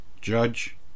Judge